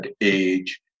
age